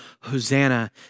Hosanna